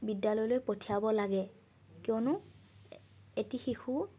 বিদ্যালয়লৈ পঠিয়াব লাগে কিয়নো এটি শিশু